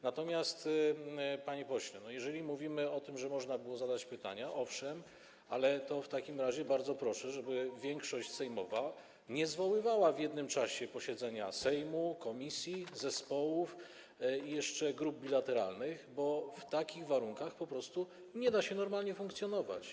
Natomiast, panie pośle, jeżeli mówimy o tym, że można było zadać pytania, to owszem, ale w takim razie bardzo proszę, żeby większość sejmowa nie zwoływała w jednym czasie posiedzeń Sejmu, komisji, zespołów i jeszcze grup bilateralnych, bo w takich warunkach po prostu nie da się normalnie funkcjonować.